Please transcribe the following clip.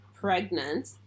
pregnant